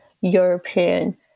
European